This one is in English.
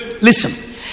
Listen